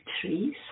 trees